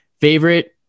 favorite